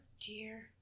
dear